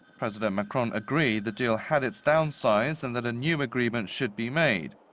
president macron agreed the deal had its downsides and that a new agreement should be made.